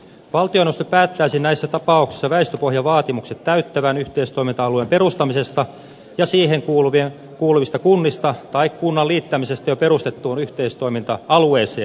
valtioneuvosto päättäisi näissä tapauksissa väestöpohjavaatimukset täyttävän yhteistoiminta alueen perustamisesta ja siihen kuuluvista kunnista tai kunnan liittämisestä jo perustettuun yhteistoiminta alueeseen